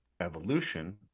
evolution